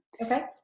Okay